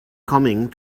coming